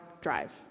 drive